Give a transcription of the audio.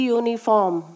uniform।